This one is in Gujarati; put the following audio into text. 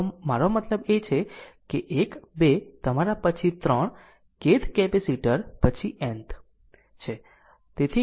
મારો મતલબ કે તે 1 2 તમારા પછી 3 kth કેપેસિટર પછી nth છે